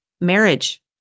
marriage